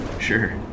Sure